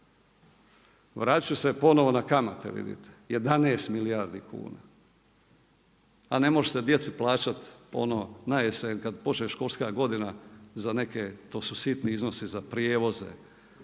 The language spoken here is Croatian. ću se ponovno na kamate, vidite, 11 milijardi kuna. A ne može se djeci plaćati ono na jesen kada počne školska godina za neke to su sitni iznosi, za prijevoze,